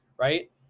right